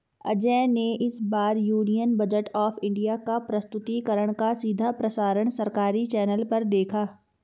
अजय ने इस बार यूनियन बजट ऑफ़ इंडिया का प्रस्तुतिकरण का सीधा प्रसारण सरकारी चैनल पर देखा